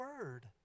word